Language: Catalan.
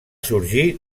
sorgir